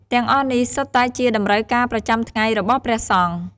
ទាំងអស់នេះសុទ្ធតែជាតម្រូវការប្រចាំថ្ងៃរបស់ព្រះសង្ឃ។